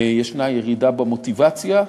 יש ירידה במוטיבציה.